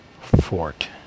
fort